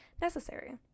necessary